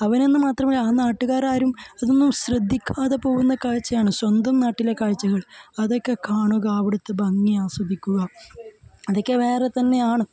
അവനെന്നു മാത്രമല്ല ആ നാട്ടുകാരാരും അതൊന്നും ശ്രദ്ധിക്കാതെ പോകുന്ന കാഴ്ചയാണ് സ്വന്തം നാട്ടിലെ കാഴ്ചകൾ അതൊക്കെ കാണുക അവിടുത്തെ ഭംഗി ആസ്വദിക്കുക അതൊക്കെ വേറെ തന്നെയാണ്